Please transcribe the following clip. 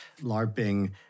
LARPing